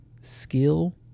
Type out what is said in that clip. skill